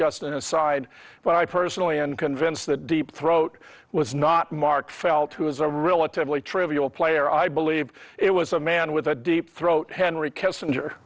just an aside but i personally and convince the deep throat was not mark felt who was a relatively trivial player i believe it was a man with a deep throat henry kissinger